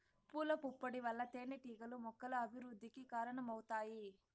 పూల పుప్పొడి వల్ల తేనెటీగలు మొక్కల అభివృద్ధికి కారణమవుతాయి